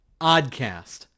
Oddcast